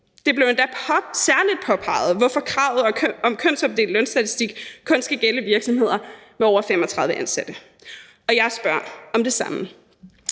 Det blev endda særlig påpeget, hvorfor kravet om kønsopdelt lønstatistik kun skal gælde virksomheder med over 35 ansatte. Og jeg spørger om det samme.